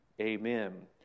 Amen